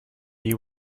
you